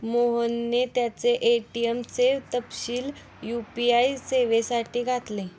मोहनने त्याचे ए.टी.एम चे तपशील यू.पी.आय सेवेसाठी घातले